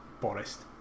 Boris